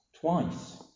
twice